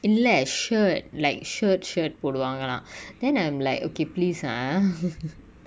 இல்ல:illa shirt like shirt shirt போடுவாங்களா:poduvangala then I'm like okay please ah